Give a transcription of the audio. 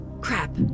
Crap